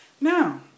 Now